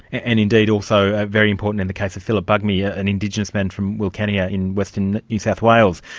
and indeed also very important in the case of phillip bugmy, an indigenous man from wilcannia in western new south wales.